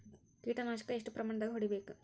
ಕೇಟ ನಾಶಕ ಎಷ್ಟ ಪ್ರಮಾಣದಾಗ್ ಹೊಡಿಬೇಕ?